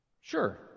Sure